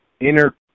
inner